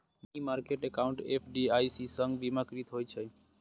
money market account FDIC सं बीमाकृत होइ छै